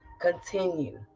continue